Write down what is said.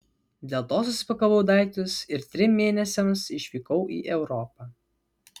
dėl to susipakavau daiktus ir trim mėnesiams išvykau į europą